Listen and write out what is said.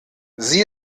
sie